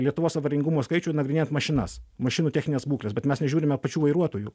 lietuvos avaringumo skaičių nagrinėt mašinas mašinų technines būkles bet mes nežiūrime pačių vairuotojų